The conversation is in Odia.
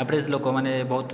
ଆଭରେଜ ଲୋକମାନେ ବହୁତ